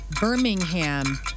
Birmingham